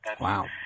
Wow